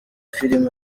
filime